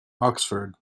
oxford